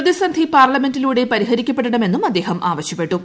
പ്രതിസന്ധി പാർലമെന്റിലൂടെ പരിഹരിക്കപ്പെടണമെന്നും അദ്ദേഹം ആവശ്യപ്പെട്ടു